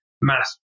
mass